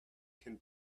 can